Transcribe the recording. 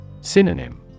Synonym